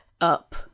up